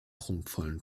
prunkvollen